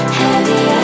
heavy